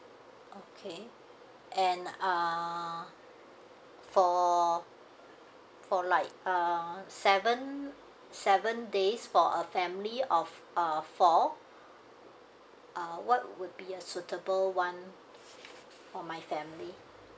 okay and uh for for like uh seven seven days for a family of uh four uh what would be a suitable one for my family